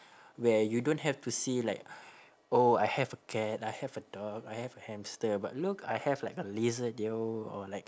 where you don't have to say like oh I have a cat I have a dog I have a hamster but look I have like a lizard yo or like